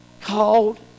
called